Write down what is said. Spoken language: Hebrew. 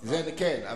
אבל --- כן,